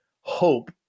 hope